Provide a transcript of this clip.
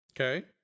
Okay